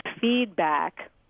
feedback